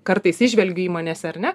kartais įžvelgiu įmonėse ar ne